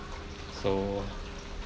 so